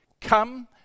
come